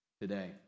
today